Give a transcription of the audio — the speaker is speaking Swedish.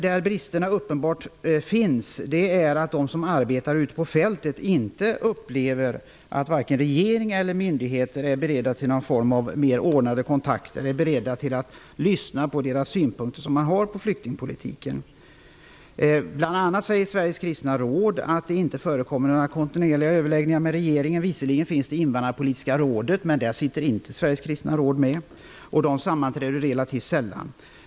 Det som uppenbart brister är att de som arbetar ute på fältet upplever att varken regering eller myndigheter är beredda till någon form av mer ordnade kontakter eller till att lyssna till de synpunkter man har på flyktingpolitiken. Bl.a. säger Sveriges kristna råd att det inte förekommer några kontinuerliga överläggningar med regeringen. Visserligen finns Invandrarpolitiska rådet, men där sitter inte Invandrarpolitiska rådet relativt sällan.